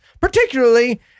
particularly